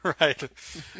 right